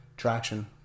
Traction